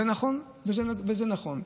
זה נכון וזה נכון.